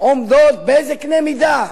באיזה קנה מידה?